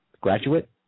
graduate